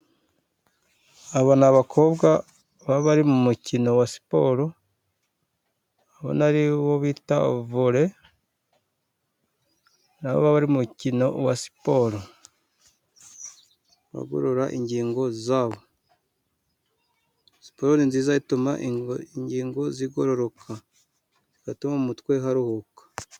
Abo ni abakobwa baba bari mu mukino wa siporo, ndabona ariwo bita vore, nabo bari mu mukino wa siporo bagorora ingingo zabo, siporo ituma ingingo zigororoka, igatuma mu umutwe haruhuka.